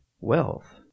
wealth